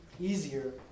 easier